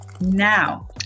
Now